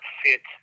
fit